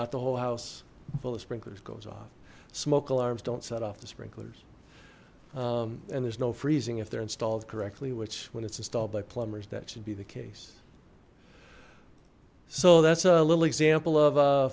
not the whole house full of sprinklers goes off smoke alarms don't set off the sprinklers and there's no freezing if they're installed correctly which when it's installed by plumbers that should be the case so that's a little example